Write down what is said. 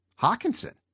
Hawkinson